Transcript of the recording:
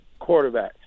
quarterbacks